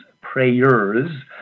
prayers